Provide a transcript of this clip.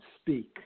speak